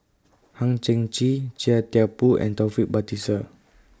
Hang Chang Chieh Chia Thye Poh and Taufik Batisah